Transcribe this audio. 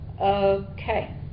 Okay